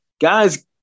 Guys